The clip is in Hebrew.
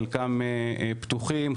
חלקם פתוחים,